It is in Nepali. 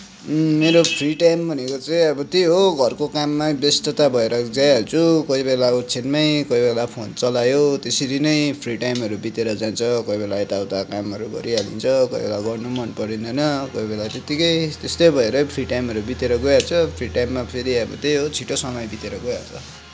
मेरो फ्री टाइम भनेको चाहिँ अब त्यही हो घरको काममा व्यस्तता भएर जाइहाल्छु कोही बेला ओछ्यानमै कोही बेला फोन चलायो त्यसरी नै फ्री टाइमहरू बितेर जान्छ कोही बेला यता उता कामहरू गरिहालिन्छ कोही बेला गर्न पनि मन पर्दैन कोही बेला त्यत्तिकै त्यस्तै भएरै फ्री टाइमहरू बितेर गइहाल्छ फ्री टाइममा फेरि अब त्यही हो छिटो समय बितेर गइहाल्छ